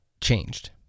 changed